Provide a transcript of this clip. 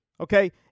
okay